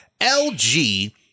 LG